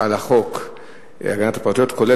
על חוק הגנת הפרטיות (תיקון מס' 11), כולל